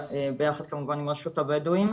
ביחד כמובן עם רשות הבדואים.